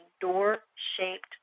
door-shaped